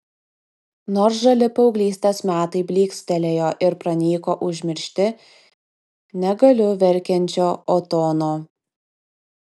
nors žali paauglystės metai blykstelėjo ir pranyko užmiršti negaliu verkiančio otono